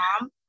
mom